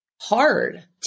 hard